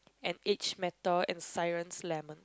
and age matter and siren's lament